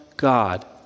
God